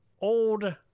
old